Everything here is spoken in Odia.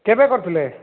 କେବେ କରିଥିଲେ